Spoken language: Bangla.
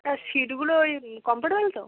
হ্যাঁ সিটগুলো ওই কমফর্টেবেল তো